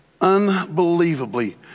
unbelievably